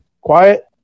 Quiet